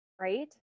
Right